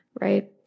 right